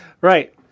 Right